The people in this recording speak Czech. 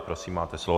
Prosím, máte slovo.